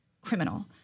criminal